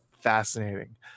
fascinating